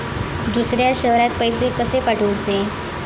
दुसऱ्या शहरात पैसे कसे पाठवूचे?